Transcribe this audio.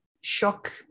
shock